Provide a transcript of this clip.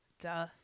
duh